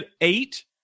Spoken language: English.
eight